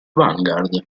vanguard